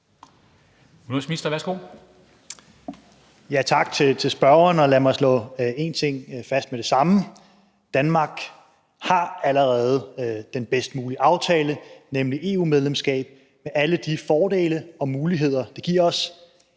13:12 Udenrigsministeren (Jeppe Kofod): Tak til spørgeren. Lad mig slå en ting fast med det samme: Danmark har allerede den bedst mulige aftale, nemlig EU-medlemskab med alle de fordele og muligheder, det giver os.